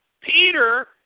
Peter